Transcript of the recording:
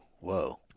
whoa